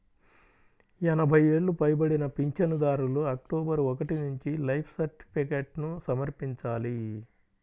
ఎనభై ఏళ్లు పైబడిన పింఛనుదారులు అక్టోబరు ఒకటి నుంచి లైఫ్ సర్టిఫికేట్ను సమర్పించాలి